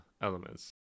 elements